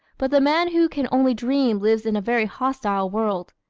but the man who can only dream lives in a very hostile world.